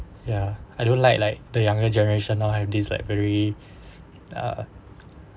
ya I don't like like the younger generation now have this like very ah